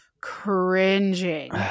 cringing